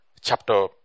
chapter